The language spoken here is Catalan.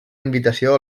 invitació